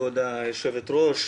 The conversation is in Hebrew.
כבוד היושבת-ראש,